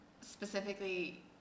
specifically